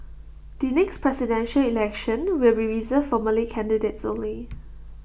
the next Presidential Election will be reserved for Malay candidates only